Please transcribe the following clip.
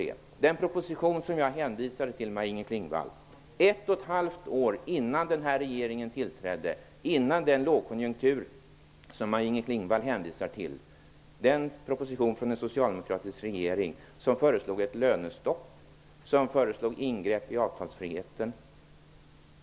I den proposition som jag hänvisade till, som kom ett och ett halvt år innan denna regering tillträdde, innan den lågkonjunktur kom som Maj-Inger Klingvall hänvisar till, föreslog den socialdemokratiska regeringen ett lönestopp och ingrepp i avtalsfriheten.